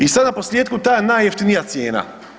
I sad naposljetku ta najjeftinija cijena.